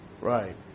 right